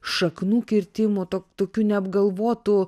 šaknų kirtimu tokiu neapgalvotu